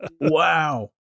Wow